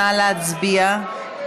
נא להצביע.